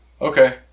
Okay